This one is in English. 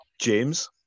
James